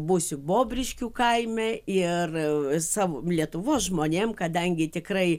būsiu bobriškių kaime ir savo lietuvos žmonėm kadangi tikrai